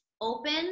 open